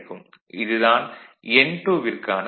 இது தான் n2 விற்கான விடை